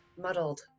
muddled